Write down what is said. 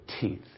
teeth